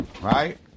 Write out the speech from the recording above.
Right